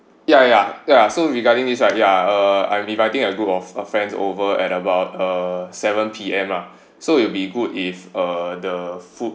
ya ya ya ya so regarding this right ya uh I already inviting a group of friends over at about uh seven P_M lah so it'll be good uh if the food